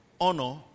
honor